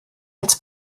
als